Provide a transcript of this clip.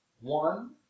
One